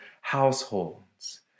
households